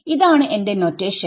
ആണ് എന്റെ നൊറ്റേഷൻ